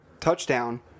touchdown